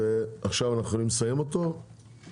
אנחנו יכולים לסיים אותו עכשיו,